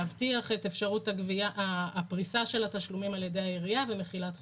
להבטיח את אפשרות הפריסה של התשלומים על ידי העירייה ומחילת חובות.